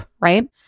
right